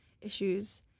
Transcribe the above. issues